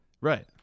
right